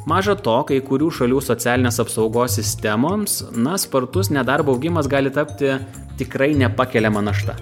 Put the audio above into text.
maža to kai kurių šalių socialinės apsaugos sistemoms na spartus nedarbo augimas gali tapti tikrai nepakeliama našta